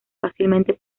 fácilmente